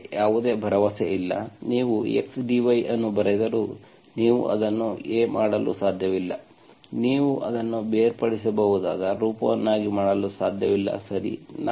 ನನಗೆ ಯಾವುದೇ ಭರವಸೆ ಇಲ್ಲ ನೀವು x dy ಅನ್ನು ಬರೆದರೂ ನೀವು ಅದನ್ನು a ಮಾಡಲು ಸಾಧ್ಯವಿಲ್ಲ ನೀವು ಅದನ್ನು ಬೇರ್ಪಡಿಸಬಹುದಾದ ರೂಪವನ್ನಾಗಿ ಮಾಡಲು ಸಾಧ್ಯವಿಲ್ಲ ಸರಿ